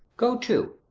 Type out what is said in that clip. go to.